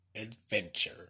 Adventure